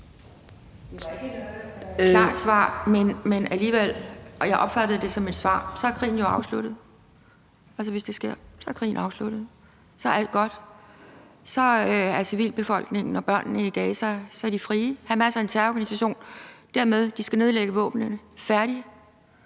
ikke noget klart svar, men jeg opfattede alligevel det som et svar. Så er krigen jo afsluttet. Hvis det sker, er krigen afsluttet. Så er alt godt. Så er civilbefolkningen og børnene i Gaza frie. Hamas er en terrororganisation. Dermed skal de nedlægge våbnene, færdig!